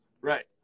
Right